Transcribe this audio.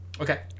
Okay